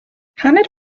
hanner